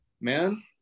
man